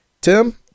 Tim